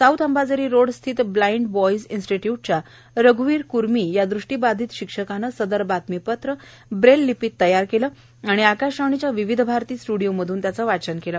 south Ambazari road स्थित blind boys इन्स्टिट्यूटच्या रघुवीर कुरमी य हष्टी बाधित शिक्षकांने सदर बातमीपत्र ब्रेल लिपीत तयार केले आणि आकाशवाणीच्या विविधभारती स्ट्डिओ मधून त्याचे वाचन केले